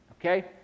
okay